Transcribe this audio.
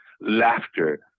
Laughter